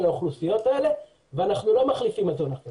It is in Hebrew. האוכלוסיות הלאה ואנחנו לא מחליפים מזון אחר.